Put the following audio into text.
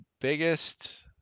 biggest